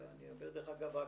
דרך אגב,